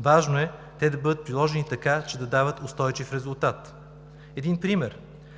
Важно е те да бъдат приложени така, че дават устойчив резултат. Един пример.